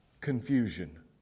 confusion